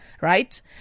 right